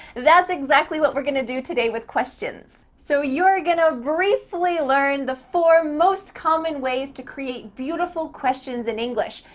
that's exactly what we're gonna do today with questions. so you're gonna briefly learn the four most common ways to create beautiful questions in english.